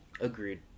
Agreed